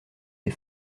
des